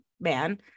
man